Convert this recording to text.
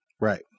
Right